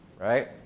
right